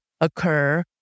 occur